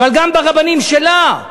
אבל גם ברבנים שלה.